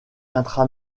intra